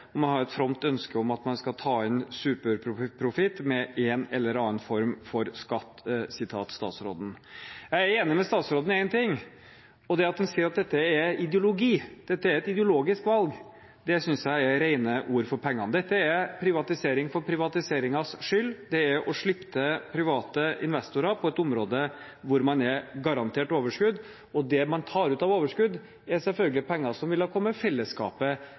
og man har et fromt ønske om at man skal ta inn superprofitt med en eller annen form for skatt – sitat statsråden. Jeg er enig med statsråden i én ting, og det er det at han sier at dette er ideologi, dette er et ideologisk valg. Det synes jeg er rene ord for pengene. Dette er privatisering for privatiseringens skyld. Det er å slippe til private investorer på et område hvor man er garantert overskudd, og det man tar ut av overskudd, er selvfølgelig penger som ville kommet fellesskapet